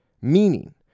Meaning